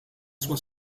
sua